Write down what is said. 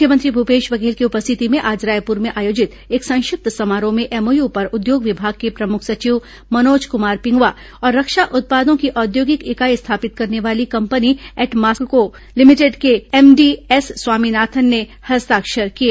मुख्यमंत्री भूपेश बघेल की उपस्थिति में आज रायपुर में आयोजित एक संक्षिप्त समारोह में एमओयू पर उद्योग विभाग के प्रमुख सचिव मनोज कुमार पिंगुआ और रक्षा उत्पादों की औद्योगिक इकाई स्थापित करने वाली कंपनी एटमास्टको लिमिटेड के एमडी एस स्वामीनाथन ने हस्ताक्षर किए